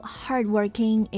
hardworking